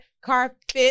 Carpet